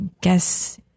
guess